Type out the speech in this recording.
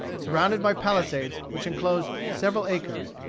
surrounded by palisades which enclosed several acres.